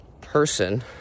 person